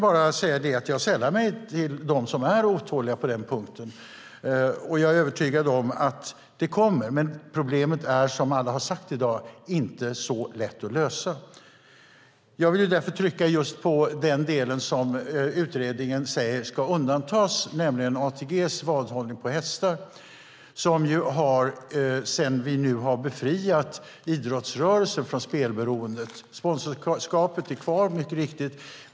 Jag sällar mig till dem som är otåliga på den punkten. Jag är övertygad om att det kommer. Men problemet är, som alla har sagt i dag, inte så lätt att lösa. Jag vill därför trycka på just den del som utredningen säger ska undantas, nämligen ATG:s vadhållning på hästar. Vi har nu befriat idrottsrörelsen från spelberoendet. Sponsorskapet är mycket riktigt kvar.